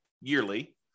yearly